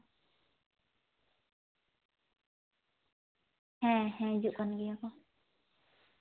ᱦᱮᱸ ᱦᱮᱸ ᱦᱤᱡᱩᱜ ᱠᱟᱱ ᱜᱮᱭᱟ ᱠᱚ